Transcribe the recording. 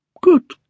Good